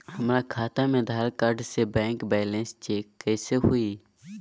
हमरा खाता में आधार कार्ड से बैंक बैलेंस चेक कैसे हुई?